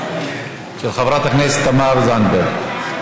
של חברת הכנסת תמר זנדברג.